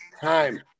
Time